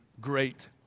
great